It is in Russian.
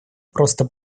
просто